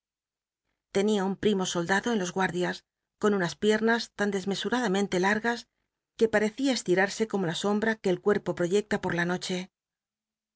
tenia un primo soldado en los gu mli is con unas jlíemas tan dcsmcsnradamcute lmgas que pa recía estirarse como la sombra que el cuerpo j royecta por la noche